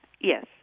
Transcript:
Yes